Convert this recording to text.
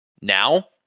Now